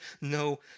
no